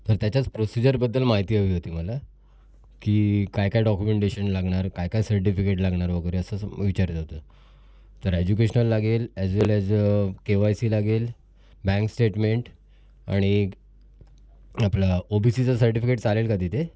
तर त्याच्याच प्रोसिजरबद्दल माहिती हवी होती मला की काय काय डॉक्युमेंटेशन लागणार काय काय सर्टिफिकेट लागणार वगैरे असं सं विचारायचं होतं तर एजुकेशनल लागेल as well as K Y C लागेल बँक स्टेटमेन्ट आणि आपलं ओ बी सीचं सर्टिफिकेट चालेल का तिथे